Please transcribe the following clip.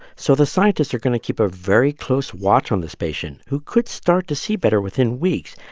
so the scientists are going to keep a very close watch on this patient, who could start to see better within weeks.